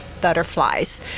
butterflies